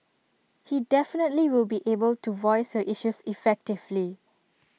he definitely will be able to voice your issues effectively